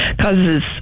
causes